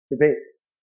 debates